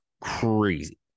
crazy